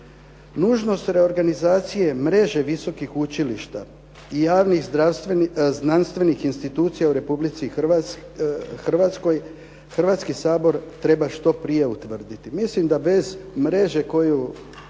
nužnost reorganizacije mreže visokih učilišta i javnih, znanstvenih institucija u Republici Hrvatskoj Hrvatski sabor treba što prije utvrditi. Mislim da bez mreže koju